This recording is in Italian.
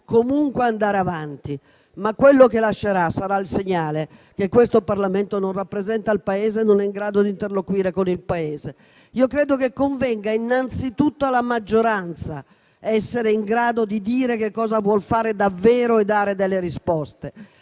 comunque andare avanti), mentre ciò che lascerà sarà il segnale che questo Parlamento non rappresenta il Paese e non è in grado di interloquire con esso. Credo che convenga anzitutto alla maggioranza essere in grado di dire che cosa vuol fare davvero e dare delle risposte,